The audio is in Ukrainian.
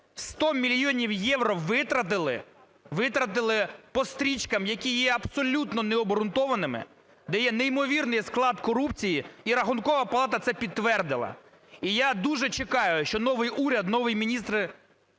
100 мільйонів євро витратили, витратили по стрічками, які є абсолютно необґрунтованими, де є неймовірний склад корупції, і Рахункова палата це підтвердила. І я дуже чекаю, що новий уряд, новий міністр